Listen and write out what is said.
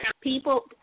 people